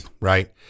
right